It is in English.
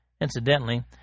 Incidentally